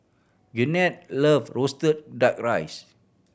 Gwyneth loves roasted Duck Rice